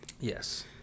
Yes